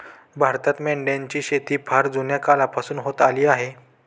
भारतात मेंढ्यांची शेती फार जुन्या काळापासून होत आली आहे